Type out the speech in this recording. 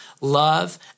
love